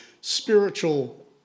spiritual